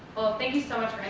thank you so much